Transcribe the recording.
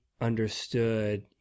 understood